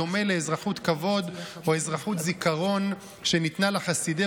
בדומה לאזרחות כבוד או אזרחות זיכרון שניתנה לחסידי